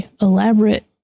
elaborate